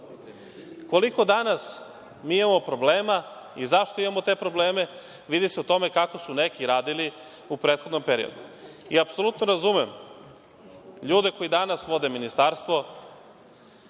koliko danas imamo problema i zašto imamo te probleme, vidi se u tome kako su neki radili u prethodnom periodu. Apsolutno razumem ljude koji danas vode ministarstvo,